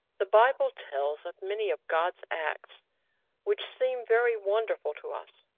the bible tells of many of god's acts which seem very wonderful to us.